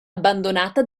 abbandonata